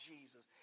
Jesus